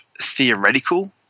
theoretical